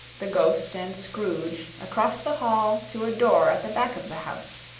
the ghost and scrooge, across the hall, to a door at the back of the house.